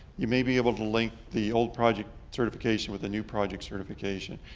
you may be able to link the old project certification with the new project certification.